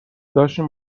داشتین